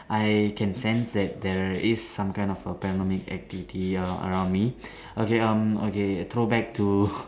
I can sense that there is some kind of a panoramic activity err around me okay um okay throw back to